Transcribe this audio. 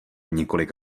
několik